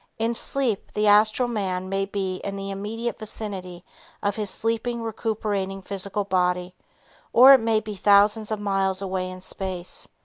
in sleep the astral man may be in the immediate vicinity of his sleeping recuperating physical body or it may be thousands of miles away in space,